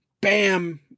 Bam